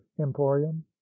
emporium